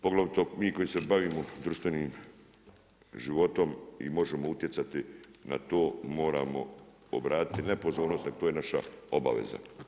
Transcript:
Poglavito mi koji se bavimo društvenim životom i možemo utjecati na to, moramo obratiti ne pozornost, nego to je naša obaveza.